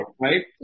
Right